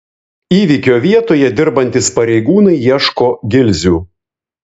įvykio vietoje dirbantys pareigūnai ieško gilzių